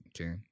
okay